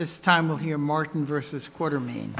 this time of year martin versus quartermaine